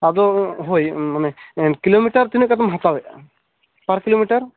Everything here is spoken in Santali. ᱟᱫᱚ ᱦᱳᱭ ᱚᱱᱮ ᱠᱤᱞᱳᱢᱤᱴᱟᱨ ᱛᱤᱱᱟᱹ ᱠᱟᱛᱮᱢ ᱦᱟᱛᱟᱣ ᱮᱫᱟ ᱯᱟᱨ ᱠᱤᱞᱳᱢᱤᱴᱟᱨ